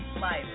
life